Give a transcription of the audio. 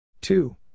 Two